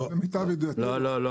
למיטב ידיעתי, לא.